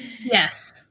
yes